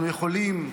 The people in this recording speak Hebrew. אנחנו יכולים,